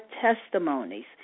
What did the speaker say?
testimonies